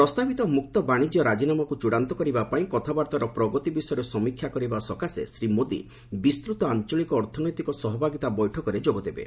ପ୍ରସ୍ତାବିତ ମୁକ୍ତ ବାଣିଜ୍ୟ ରାଜିନାମାକୁ ଚ୍ଚଡ଼ାନ୍ତ କରିବା ପାଇଁ କଥାବାର୍ତ୍ତାର ପ୍ରଗତି ବିଷୟରେ ସମୀକ୍ଷା କରିବା ସକାଶେ ଶ୍ରୀ ମୋଦି ବିସ୍ତୃତ ଆଞ୍ଚଳିକ ଅର୍ଥନୈତିକ ସହଭାଗିତା ବୈଠକରେ ଯୋଗ ଦେବେ